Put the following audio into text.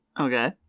Okay